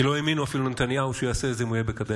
כי לא האמינו אפילו לנתניהו שהוא יעשה את זה אם הוא יהיה בקדנציה,